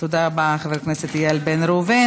תודה רבה, חבר הכנסת איל בן ראובן.